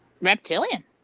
reptilian